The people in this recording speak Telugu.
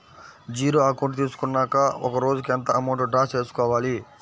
జీరో అకౌంట్ తీసుకున్నాక ఒక రోజుకి ఎంత అమౌంట్ డ్రా చేసుకోవాలి?